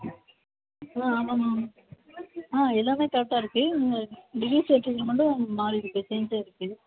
ஆமாம் மேம் ஆ எல்லாம் கரட்டாருக்கு இந்த டிகிரி சட்டிஃபிகேட்டில் மட்டும் மாறி இருக்குது ச்சேஜ் ஆகிருக்கு